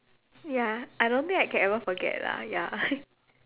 ya I don't think I can ever forget lah ya